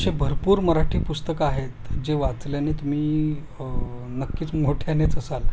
अशे भरपूर मराठी पुस्तकं आहेत जे वाचल्याने तुम्ही नक्कीच मोठ्यानेच असाल